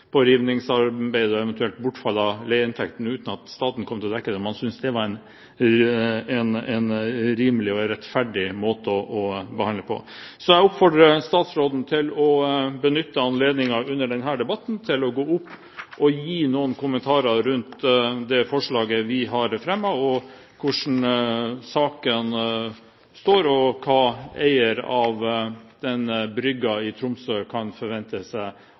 rivningsarbeidet, med eventuelt bortfall av leieinntekter, uten at staten kom til å dekke det, synes han det var en rimelig og rettferdig måte å bli behandlet på? Jeg oppfordrer statsråden til å benytte anledningen under denne debatten til å gå opp og gi noen kommentarer til det forslaget vi har fremmet, og om hvordan saken står og hva eieren av denne brygga i Tromsø kan forvente seg